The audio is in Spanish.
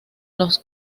los